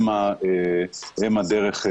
הם הדרך,